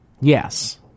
Yes